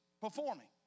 Performing